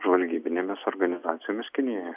žvalgybinėmis organizacijomis kinijoje